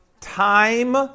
time